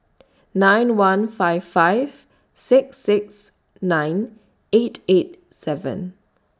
nine one five five six six nine eight eight seven